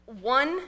One